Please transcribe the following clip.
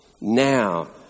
Now